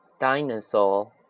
Dinosaur